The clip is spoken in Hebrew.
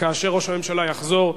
כאשר ראש הממשלה יחזור,